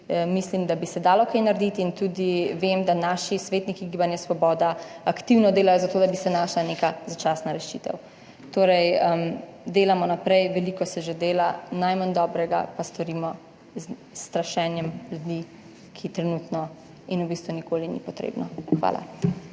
mislim, da bi se dalo kaj narediti in tudi vem, da naši svetniki Gibanje svoboda aktivno delajo za to, da bi se našla neka začasna rešitev, torej delamo naprej, veliko se že dela, najmanj dobrega pa storimo s strašenjem ljudi, ki trenutno in v bistvu nikoli ni potrebno. Hvala.